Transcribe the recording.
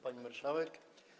Pani Marszałek!